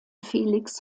felix